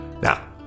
Now